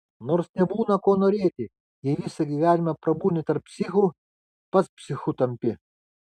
nors nebūna ko norėti jei visą gyvenimą prabūni tarp psichų pats psichu tampi